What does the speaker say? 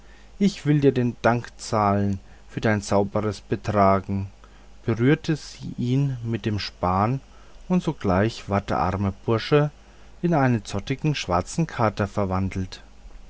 ich will dir den dank zahlen für dein sauberes betragen berührte sie ihn mit dem spahn und sogleich war der arme bursche in einen zottigen schwarzen kater verwandelt